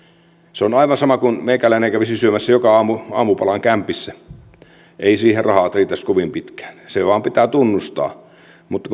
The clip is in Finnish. se on on aivan sama kuin meikäläinen kävisi syömässä joka aamu aamupalan kämpissä eivät siihen rahat riittäisi kovin pitkään se vain pitää tunnustaa mutta